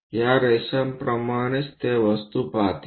या रेषांप्रमाणेच ते वस्तूला पाहतील